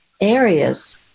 areas